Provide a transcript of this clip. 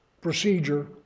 procedure